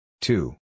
Two